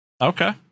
okay